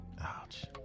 ouch